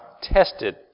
tested